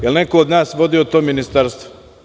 Jel neko od nas vodio to ministarstvo?